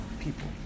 people